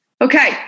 Okay